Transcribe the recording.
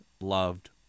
loved